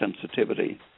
sensitivity